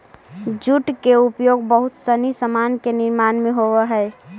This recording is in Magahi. जूट के उपयोग बहुत सनी सामान के निर्माण में होवऽ हई